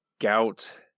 gout